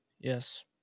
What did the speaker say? Yes